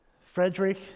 Frederick